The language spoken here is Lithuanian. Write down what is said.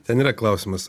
ten yra klausimas